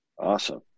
Awesome